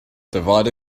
divide